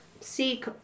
seek